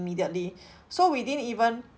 immediately so we didn't even